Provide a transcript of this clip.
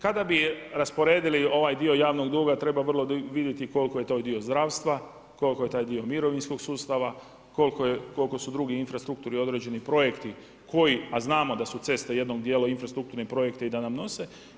Kada bi rasporedili ovaj dio javnog duga treba vrlo vidjeti koliko je taj dio zdravstva, koliko je taj dio mirovinskog sustava, koliko su drugi infrastrukturni određeni projekti koji, a znamo da su ceste jednim dijelom infrastrukturni projekti i da nam nose.